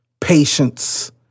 patience